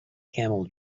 camel